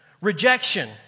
Rejection